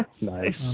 nice